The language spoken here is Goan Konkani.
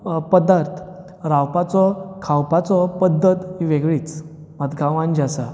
पदार्थ रावपाचो खावपाचो पद्दत वेगळीच आनी गांवांत जें आसा